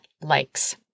likes